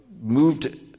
moved